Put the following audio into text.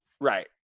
Right